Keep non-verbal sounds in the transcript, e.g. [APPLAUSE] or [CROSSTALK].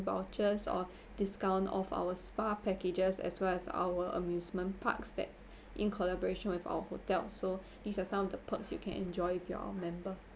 vouchers or discount of our spa packages as well as our amusement parks that's in collaboration with our hotel so [BREATH] these are some of the perks you can enjoy if you're a member